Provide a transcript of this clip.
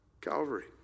Calvary